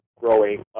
growing